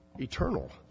eternal